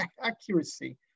accuracy